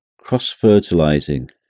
cross-fertilizing